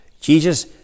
Jesus